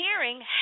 hearing